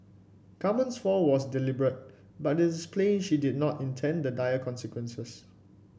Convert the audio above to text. Carmen's fall was deliberate but it is plain she did not intend the dire consequences